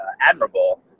admirable